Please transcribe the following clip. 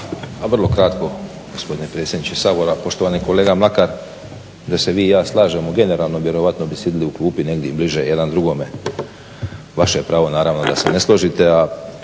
Vrlo kratko gospodine predsjedniče Sabora. Poštovani kolega Mlakar, da se vi i ja slažemo generalno vjerojatno bi sjedili u klupi negdje bliže jedan drugome. Vaše je pravo naravno da se ne složite, a